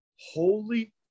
holy